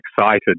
excited